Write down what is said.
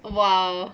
!wow!